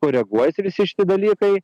koreguojasi visi šiti dalykai